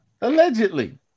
Allegedly